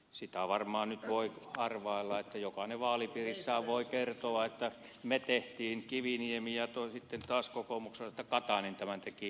sitä varmaan nyt voi arvailla että jokainen vaalipiirissään voi kertoa että me teimme kiviniemi teki ja sitten taas kokoomuksessa että katainen tämän teki